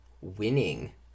winning